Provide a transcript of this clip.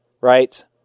right